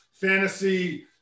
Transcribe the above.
Fantasy